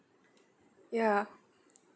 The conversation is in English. ya